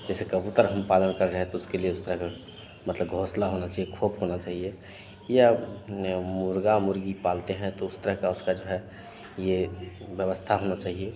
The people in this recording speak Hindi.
जैसे कबूतर हम पालन कर रहे हैं तो उसके लिए उस तरह का मतलब घोंसला होना चहिए खोप होना चाहिए या नहीं मुर्ग़ा मुर्ग़ी पालते हैं तो उस तरह का उसका जो है ये व्यवस्था होनी चाहिए